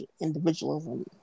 individualism